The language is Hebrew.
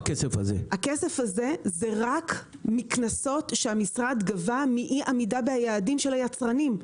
הכסף הזה הוא רק מקנסות שהמשרד גבה מאי עמידה ביעדים של היצרנים,